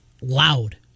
Loud